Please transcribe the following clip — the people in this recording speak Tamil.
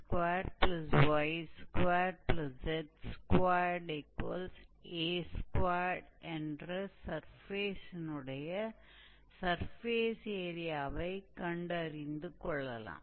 𝑥2𝑦2𝑧2𝑎2 என்ற சர்ஃபேஸினுடைய சர்ஃபேஸ் ஏரியாவைக் கண்டறிந்து கொள்ளலாம்